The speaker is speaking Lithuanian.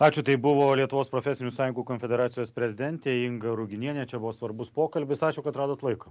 ačiū tai buvo lietuvos profesinių sąjungų konfederacijos prezidentė inga ruginienė čia buvo svarbus pokalbis ačiū kad radot laiko